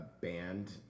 band